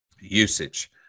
usage